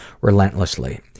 relentlessly